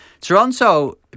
Toronto